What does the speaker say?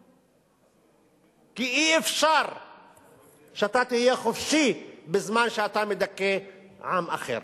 כי אי-אפשר שאתה תהיה חופשי בזמן שאתה מדכא עם אחר.